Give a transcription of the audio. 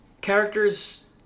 characters